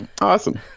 awesome